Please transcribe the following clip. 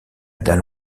dalle